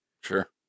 sure